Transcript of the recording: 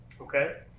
Okay